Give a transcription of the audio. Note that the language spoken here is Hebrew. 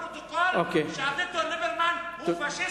אני מבקש לכתוב בפרוטוקול שאביגדור ליברמן הוא פאשיסט וגזען.